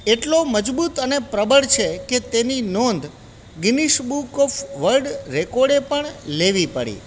એટલો મજબૂત અને પ્રબળ છે કે તેની નોંધ ગિનિસ બુક ઓફ વલ્ડ રેકોર્ડે પણ લેવી પડી